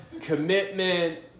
commitment